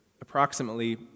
approximately